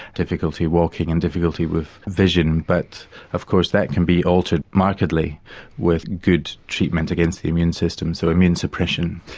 difficulty walking and difficulty with vision but of course that can be altered markedly with good treatment against the immune system, so immune suppression.